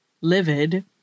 livid